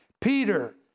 Peter